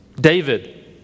David